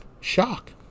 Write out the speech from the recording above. shock